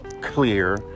clear